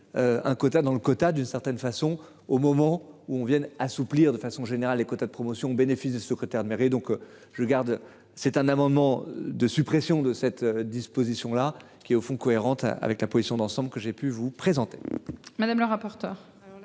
Un quota dans le quota d'une certaine façon, au moment où on vienne assouplir de façon générale, les quotas de promotion bénéfice de secrétaire de mairie donc je garde c'est un amendement de suppression de cette disposition là qui est au fond cohérente avec la position d'ensemble que j'ai pu vous présenter.